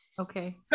Okay